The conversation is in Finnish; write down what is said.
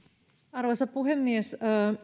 arvoisa puhemies